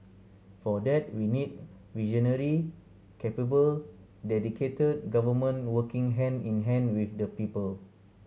for that we need visionary capable dedicated government working hand in hand with the people